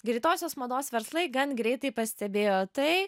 greitosios mados verslai gan greitai pastebėjo tai